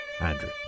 Andrew